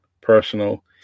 personal